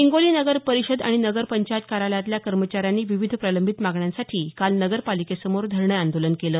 हिंगोली नगर परिषद आणि नगरपंचायत कार्यालयातल्या कर्मचाऱ्यांनी विविध प्रलंबित मागण्यांसाठी काल नगरपालिकेसमोर धरणे आंदोलन केलं